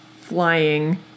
flying